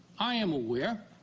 i am aware